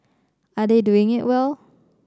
are they doing it well